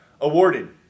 awarded